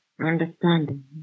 understanding